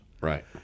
Right